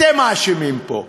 אתם האשמים פה,